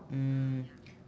mm